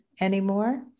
anymore